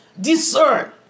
Discern